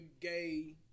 gay